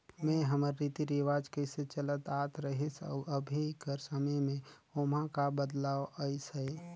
में हमर रीति रिवाज कइसे चलत आत रहिस अउ अभीं कर समे में ओम्हां का बदलाव अइस अहे